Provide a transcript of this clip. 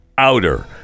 Outer